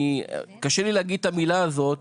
קשה לי להגיד את המילה הזאת,